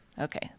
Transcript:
Okay